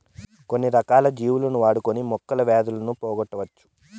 కొన్ని రకాల జీవులను వాడుకొని మొక్కలు వ్యాధులను పోగొట్టవచ్చు